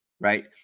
right